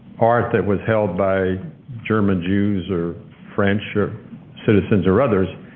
art that was held by german jews or french or citizens or others,